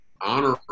honor